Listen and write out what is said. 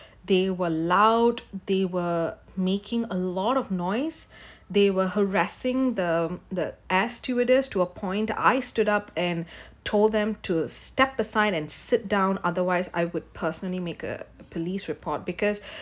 they were loud they were making a lot of noise they were harassing the the air stewardess to a point I stood up and told them to step aside and sit down otherwise I would personally make a police report because